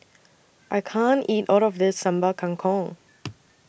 I can't eat All of This Sambal Kangkong